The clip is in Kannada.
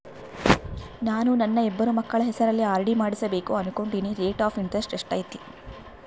ನಾನು ನನ್ನ ಇಬ್ಬರು ಮಕ್ಕಳ ಹೆಸರಲ್ಲಿ ಆರ್.ಡಿ ಮಾಡಿಸಬೇಕು ಅನುಕೊಂಡಿನಿ ರೇಟ್ ಆಫ್ ಇಂಟರೆಸ್ಟ್ ಎಷ್ಟೈತಿ?